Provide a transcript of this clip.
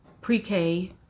pre-K